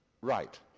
right